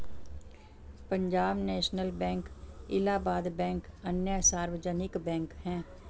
Punjab National Bank Allahabad Bank अन्य सार्वजनिक bank है